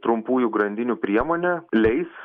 trumpųjų grandinių priemonė leis